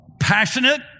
passionate